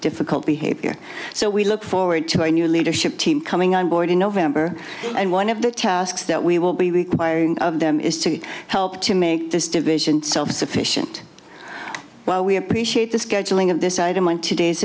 difficult behavior so we look forward to a new leadership team coming on board in november and one of the tasks that we will be required of them is to help to make this division self sufficient well we appreciate the scheduling of this item on today's